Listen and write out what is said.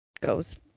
goes